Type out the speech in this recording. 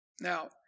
Now